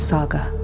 Saga